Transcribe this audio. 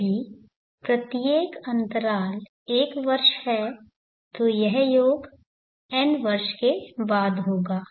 यदि प्रत्येक अंतराल 1 वर्ष है तो यह योग n वर्ष के बाद होगा